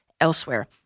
elsewhere